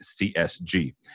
CSG